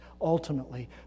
ultimately